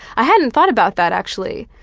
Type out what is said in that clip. i hadn't thought about that, actually.